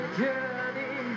journey